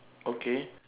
okay